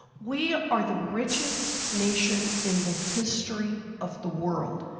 we are the richest nation in the history of the world.